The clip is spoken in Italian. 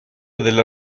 della